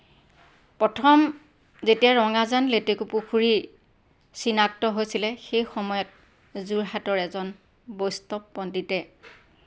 প্ৰথম যেতিয়া ৰঙাজান লেটেকুপুখুৰী চিনাক্ত হৈছিলে সেই সময়ত যোৰহাটৰ এজন বৈষ্ণৱ পণ্ডিতে